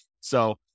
So-